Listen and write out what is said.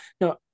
no